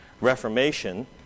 Reformation